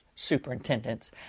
superintendents